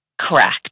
Correct